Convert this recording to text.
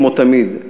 כמו תמיד,